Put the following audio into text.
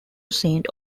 saint